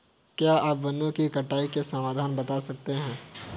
क्या आप वनों की कटाई के समाधान बता सकते हैं?